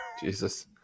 Jesus